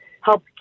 help